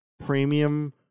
Premium